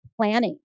planning